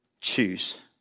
choose